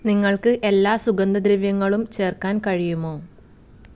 നിങ്ങൾക്ക് എല്ലാ സുഗന്ധദ്രവ്യങ്ങളും ചേർക്കാൻ കഴിയുമോ